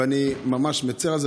ואני ממש מצר על זה.